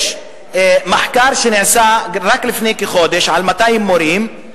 יש מחקר, שנעשה רק לפני כחודש, על 200 מורים.